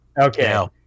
Okay